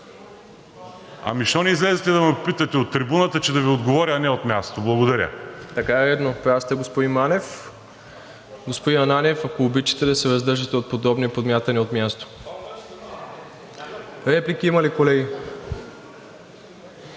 Ами, защо не излезете да ме попитате от трибуната, че да Ви отговоря, а не от място? Благодаря. ПРЕДСЕДАТЕЛ МИРОСЛАВ ИВАНОВ: Така е редно – прав сте, господин Манев. Господин Ананиев, ако обичате да се въздържате от подобни подмятания от място. Реплики има ли, колеги?